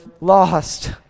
lost